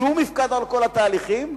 שמופקד על כל התהליכים,